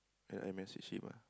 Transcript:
then I message him ah